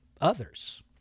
others